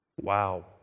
Wow